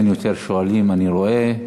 אין עוד שואלים, אני רואה.